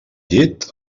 llit